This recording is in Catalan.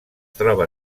troba